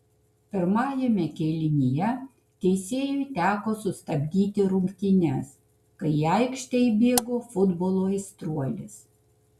pirmajame kėlinyje teisėjui teko sustabdyti rungtynes kai į aikštę įbėgo futbolo aistruolis